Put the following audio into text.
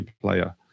player